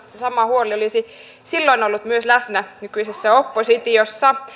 se sama huoli olisi silloin ollut myös läsnä nykyisessä oppositiossa